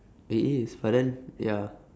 it is but then ya